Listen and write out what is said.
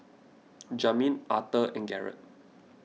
Jamin Authur and Garett